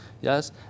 yes